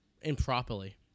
improperly